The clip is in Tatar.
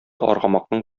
аргамакның